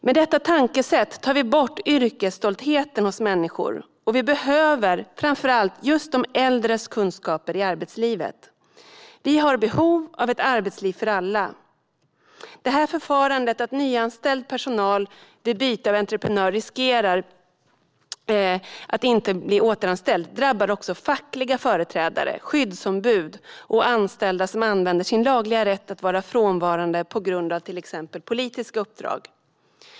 Med detta tankesätt tar vi bort yrkesstoltheten hos människor, och vi behöver framför allt just de äldres kunskaper i arbetslivet. Vi har behov av ett arbetsliv för alla. Detta förfarande att nyanställd personal vid byte av entreprenör riskerar att inte bli återanställd drabbar också fackliga företrädare, skyddsombud och anställda som använder sin lagliga rätt att vara frånvarande på grund av till exempel politiska uppdrag.